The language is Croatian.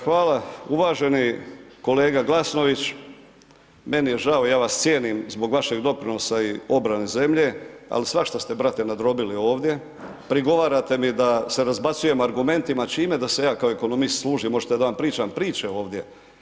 Hvala uvaženi kolega Glasnović, meni je žao, ja vas cijenim, zbog vašeg doprinosa i obrane zemlje, ali svašta ste brate nadrobili ovdje, prigovarate mi da se razbacujemo argumentima, čime da se ja kao ekonomist služim, hoćete da vam pričam priče ovdje?